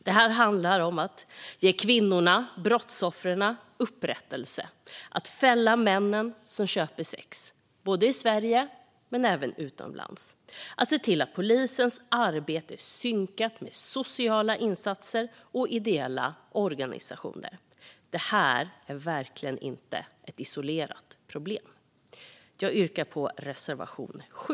Det här handlar om att ge kvinnorna, brottsoffren, upprättelse. Det handlar om att fälla männen som köper sex, både i Sverige och utomlands, och att se till att polisens arbete är synkat med sociala insatser och ideella organisationers insatser. Det här är verkligen inte ett isolerat problem. Jag yrkar bifall till reservation 7.